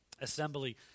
assembly